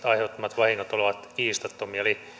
aiheuttamat vahingot ovat kiistattomia eli